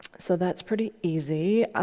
so that's pretty easy.